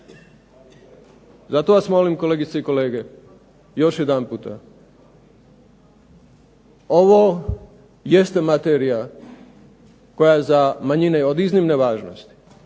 Zato vas molim, kolegice i kolege, još jedanputa. Ovo jeste materija koja je za manjine od iznimne važnosti.